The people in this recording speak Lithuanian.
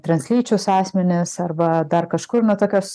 translyčius asmenis arba dar kažkur na tokios